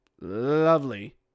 Lovely